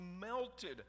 melted